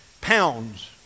pounds